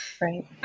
Right